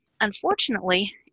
unfortunately